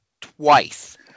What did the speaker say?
twice